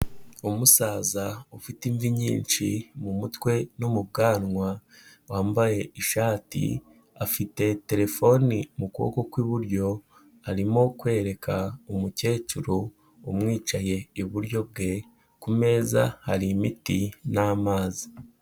Umusaza ufite imvi nyinshi mu mutwe no mu bwanwa, wambaye ishati, afite telefone mu kuboko kw'iburyo arimo kwereka umukecuru umwicaye iburyo bwe, ku meza hari imiti n'amazi.